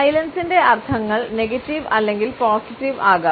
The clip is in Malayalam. സൈലൻസിൻറെ അർത്ഥങ്ങൾ നെഗറ്റീവ് അല്ലെങ്കിൽ പോസിറ്റീവ് ആകാം